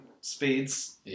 speeds